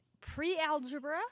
pre-algebra